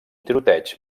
tiroteig